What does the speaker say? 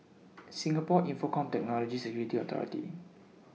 Singapore Infocomm Technology Security Authority